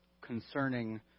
concerning